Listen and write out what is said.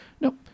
Nope